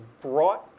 brought